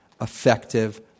effective